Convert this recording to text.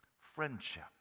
Friendship